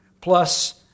plus